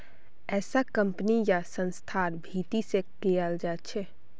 ऐसा कम्पनी या संस्थार भीती से कियाल जा छे